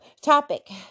topic